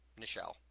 Nichelle